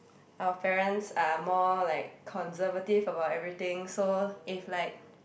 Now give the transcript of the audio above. our parents are more like conservative about everything so if like